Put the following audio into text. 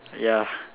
ya